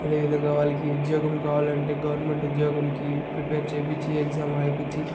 అదేవిధంగా వాళ్ళకి ఉద్యోగం కావాలంటే గవర్నమెంట్ ఉద్యోగంకి ప్రిపేర్ చేయించి ఎగ్జామ్ రాయిపించి